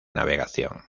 navegación